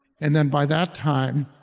and then by that time,